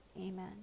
Amen